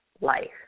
life